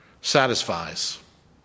satisfies